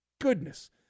goodness